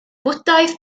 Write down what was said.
bwdhaeth